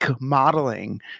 modeling